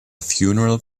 funeral